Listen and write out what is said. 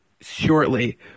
shortly